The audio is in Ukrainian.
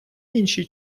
іншій